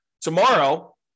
tomorrow